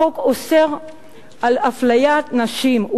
החוק אוסר אפליית נשים,